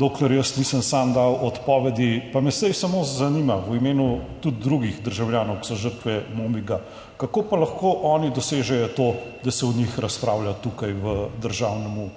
dokler jaz nisem sam dal odpovedi, pa me zdaj samo zanima, v imenu tudi drugih državljanov, ki so žrtve mobinga, kako pa lahko oni dosežejo to, da se o njih razpravlja tukaj v Državnem